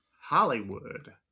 Hollywood